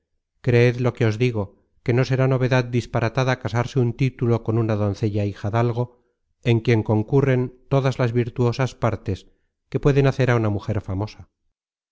creed lo que os digo que no será novedad disparatada casarse un título con una doncella hijadalgo en quien concurren todas las virtuosas partes que pueden hacer á una mujer famosa